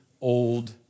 old